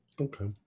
okay